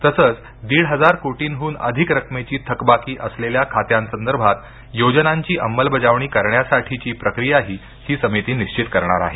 तसंच दीड हजार कोटींहून अधिक रकमेची थकबाकी असलेल्या खात्यांसंदर्भात योजनांची अंमलबजावणी करण्यासाठीची प्रक्रियाही ही समिती निश्चित करणार आहे